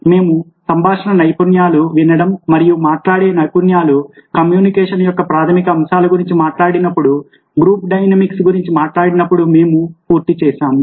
మేము సంభాషణ నైపుణ్యాలు వినడం మరియు మాట్లాడే నైపుణ్యాలు కమ్యూనికేషన్ యొక్క ప్రాథమిక అంశాలు గురించి మాట్లాడినప్పుడు గ్రూప్ డైనమిక్స్ గురించి మాట్లాడినప్పుడు మేము పూర్తి చేసాము